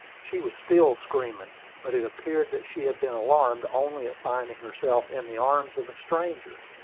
she was still screaming but it appeared that she had been alarmed only at finding herself in the arms of a stranger.